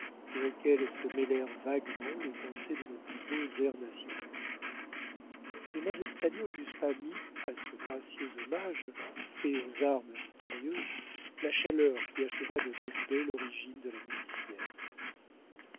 et auxquels se mêlèrent vaguement les pensées de nos plus beaux airs nationaux des mains espagnoles n'eussent pas mis à ce gracieux hommage fait aux armes victorieuses la chaleur qui acheva de déceler l'origine de la musicienne